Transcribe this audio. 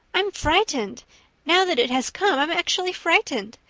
i'm frightened now that it has come i'm actually frightened.